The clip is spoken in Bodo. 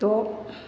द'